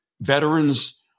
veterans